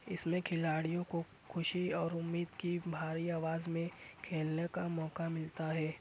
اس میں کھلاڑیوں کو خوشی اور امید کی بھاری آواز میں کھیلنے کا موقع ملتا ہے